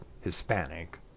Hispanic